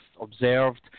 observed